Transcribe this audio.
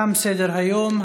תם סדר-היום.